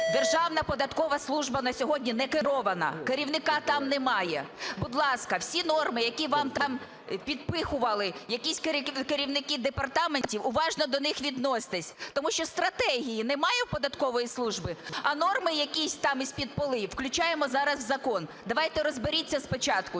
Державна податкова служба на сьогодні некерована, керівника там немає. Будь ласка, всі норми, які вам там підпихували якісь керівники департаментів, уважно до них відносьтесь, тому що стратегії немає в податкової служби, а норми якісь там із-під поли включаємо зараз в закон. Давайте розберіться спочатку,